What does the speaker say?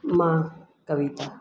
मां कविता